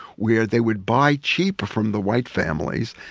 where they would buy cheaper from the white families,